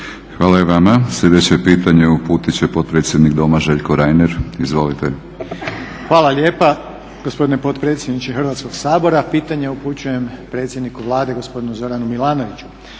Hvala i vama. Sljedeće pitanje uputiti će potpredsjednik Doma Željko Reiner. Izvolite. **Reiner, Željko (HDZ)** Hvala lijepa gospodine potpredsjedniče Hrvatskoga sabora. Pitanje upućujem predsjedniku Vlade gospodinu Zoranu Milanoviću.